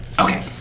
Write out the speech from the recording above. Okay